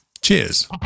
Cheers